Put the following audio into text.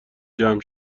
جمع